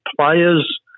players